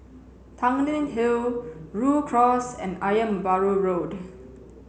Tanglin Hill Rhu Cross and Ayer Merbau Road